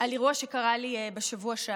על אירוע שקרה לי בשבוע שעבר.